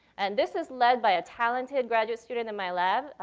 and this is led by a talented graduate student in my lab,